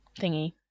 thingy